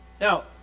Now